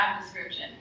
description